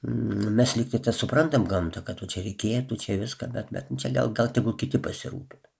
mes lygtai tą suprantam gamtą kad tu čia reikėtų čia viską bet bet nu čia gal gal tegu kiti pasirūpina